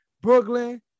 Brooklyn